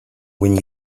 when